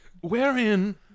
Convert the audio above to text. wherein